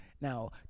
now